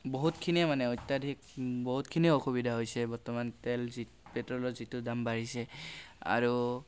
বহুতখিনিয়ে মানে অত্যাধিক বহুতখিনিয়ে অসুবিধা হৈছে বৰ্তমান তেল যি পেট্ৰ'লৰ যিটো দাম বাঢ়িছে আৰু